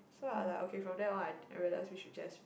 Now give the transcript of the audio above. so I like okay from then on I realized we should just